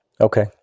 Okay